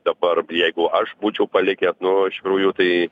dabar jeigu aš būčiau palikęs nu iš tikrųjų tai